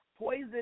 poison